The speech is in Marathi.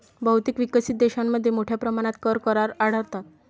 बहुतेक विकसित देशांमध्ये मोठ्या प्रमाणात कर करार आढळतात